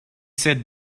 said